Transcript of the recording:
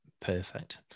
Perfect